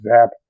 Zap